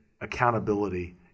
accountability